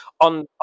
on